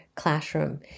Classroom